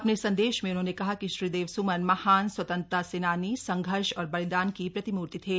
अपने संदेश में उन्होंने कहा कि श्रीदेव स्मन महान स्वतंत्रता सेनानी संघर्ष और बलिदान की प्रतिमूर्ति थे